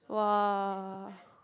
!wah!